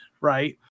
right